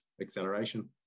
acceleration